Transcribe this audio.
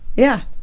yeah.